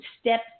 step